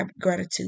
gratitude